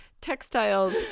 textiles